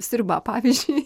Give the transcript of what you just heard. sriuba pavyzdžiui